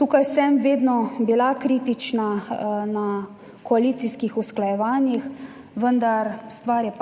Tukaj sem vedno bila kritična na koalicijskih usklajevanjih, vendar stvar je